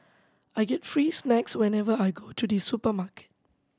I get free snacks whenever I go to the supermarket